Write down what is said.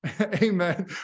Amen